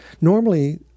normally